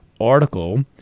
article